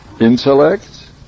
intellect